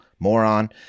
Moron